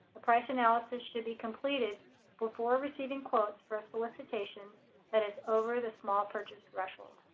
a price analysis should be completed before receiving quotes for a solicitation that is over the small purchase threshold.